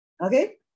Okay